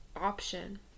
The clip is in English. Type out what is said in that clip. option